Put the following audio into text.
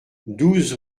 douze